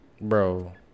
bro